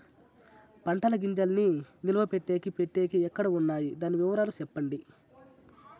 పంటల గింజల్ని నిలువ పెట్టేకి పెట్టేకి ఎక్కడ వున్నాయి? దాని వివరాలు సెప్పండి?